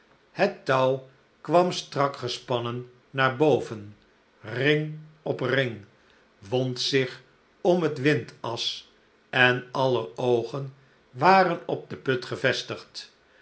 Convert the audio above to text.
het touw kwam strak gespannen naar boven ring op ring wond zich om het windas en aller oogen waren op den put gevestigd